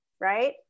right